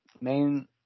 main –